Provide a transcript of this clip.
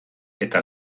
eta